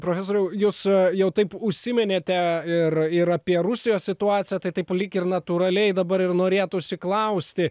profesoriau jūs jau taip užsiminėte ir ir apie rusijos situaciją tai taip lyg ir natūraliai dabar ir norėtųsi klausti